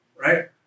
right